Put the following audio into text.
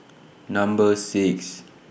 Number six